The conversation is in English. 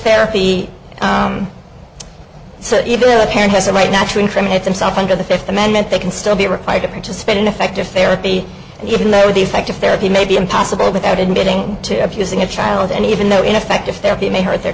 therapy so even a parent has a right not to incriminate themselves under the fifth amendment they can still be required to participate in effective therapy and even though the effective therapy may be impossible without admitting to abusing a child and even though in effect if they are they may hurt their